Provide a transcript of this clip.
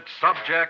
Subject